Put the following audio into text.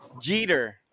Jeter